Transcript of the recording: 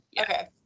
okay